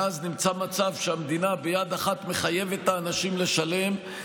ואז נמצא מצב שהמדינה ביד אחת מחייבת את האנשים לשלם,